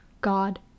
God